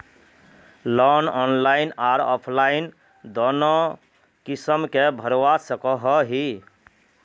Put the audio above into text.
Loan online आर offline दोनों किसम के भरवा सकोहो ही?